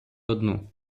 одну